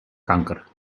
kanker